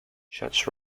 such